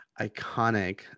iconic